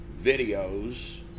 videos